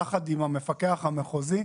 יחד עם המפקח המחוזי,